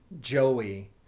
joey